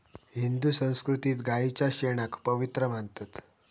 हिंदू संस्कृतीत गायीच्या शेणाक पवित्र मानतत